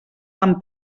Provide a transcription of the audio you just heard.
tan